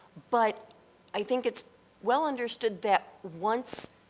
but i think it's well understood that once